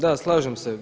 Da, slažem se.